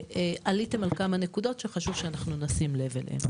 ועליתם על כמה נקודות שחשוב שאנחנו נשים לב אליהם.